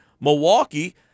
Milwaukee